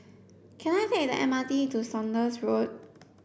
can I take the M R T to Saunders Road